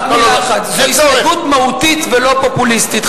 הערה אחת: זו הסתייגות מהותית ולא פופוליסטית.